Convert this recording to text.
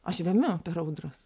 aš vemiu per audras